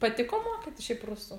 patiko mokytis šiaip rusų